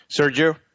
Sergio